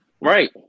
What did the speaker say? Right